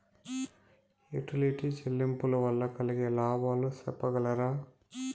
Utility చెల్లింపులు వల్ల కలిగే లాభాలు సెప్పగలరా?